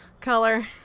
color